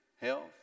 health